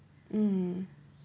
mm